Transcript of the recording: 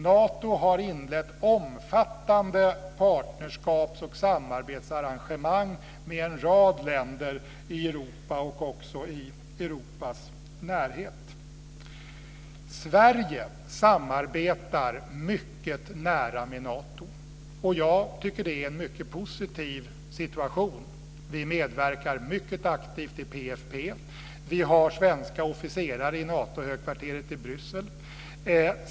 Nato har inlett omfattande partnerskaps och samarbetsarrangemang med en rad länder i Europa och också i Europas närhet. Sverige samarbetar mycket nära med Nato. Jag tycker att det är en mycket positiv situation. Vi medverkar mycket aktivt i PFF. Vi har svenska officerare i Natohögkvarteret i Bryssel.